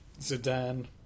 Zidane